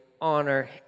honor